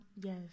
Yes